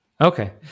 Okay